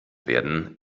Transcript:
werden